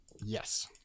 Yes